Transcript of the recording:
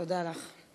תודה רבה.